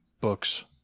books